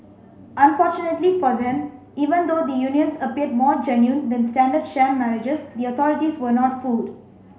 unfortunately for them even though the unions appeared more genuine than standard sham marriages the authorities were not fooled